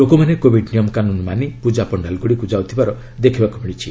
ଲୋକମାନେ କୋବିଡ୍ ନିୟମକାନୁନ ମାନି ପୂଜା ପଶ୍ଚାଲ୍ଗୁଡ଼ିକୁ ଯାଉଥିବାର ଦେଖିବାକୁ ମିଳିଛି